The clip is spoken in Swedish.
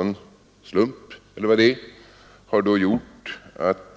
En slump — eller vad det är — har då gjort att